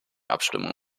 abstimmung